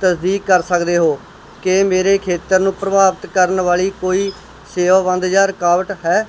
ਤਸਦੀਕ ਕਰ ਸਕਦੇ ਹੋ ਕਿ ਮੇਰੇ ਖੇਤਰ ਨੂੰ ਪ੍ਰਭਾਵਿਤ ਕਰਨ ਵਾਲੀ ਕੋਈ ਸੇਵਾ ਬੰਦ ਜਾਂ ਰੁਕਾਵਟ ਹੈ